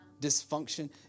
Dysfunction